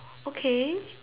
okay